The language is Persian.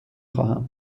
خواهم